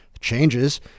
Changes